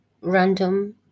random